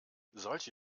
solche